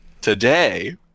Today